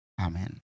Amen